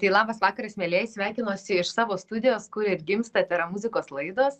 tai labas vakaras mielieji sveikinuosi iš savo studijos kur ir gimsta tera muzikos laidos